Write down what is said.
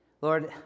Lord